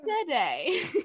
today